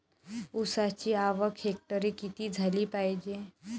ऊसाची आवक हेक्टरी किती झाली पायजे?